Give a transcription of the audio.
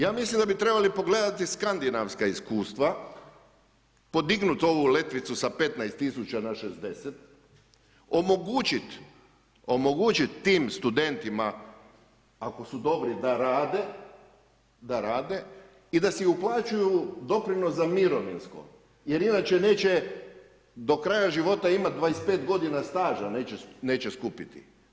Ja mislim da bi trebali pogledati skandinavska iskustva, podignut ovu letvicu sa 15 tisuća na 60, omogućit tim studentima ako su dobri da rade i da si uplaćuju doprinos za mirovinsko jer inače neće do kraja života imati 25 godina staža, neće skupiti.